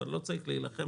כבר לא צריך להילחם על זה.